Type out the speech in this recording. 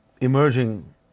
emerging